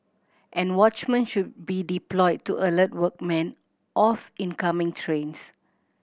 and watchmen should be deployed to alert workmen of incoming trains